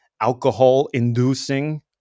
alcohol-inducing